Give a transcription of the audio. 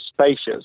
spacious